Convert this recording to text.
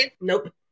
Nope